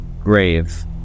grave